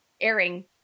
airing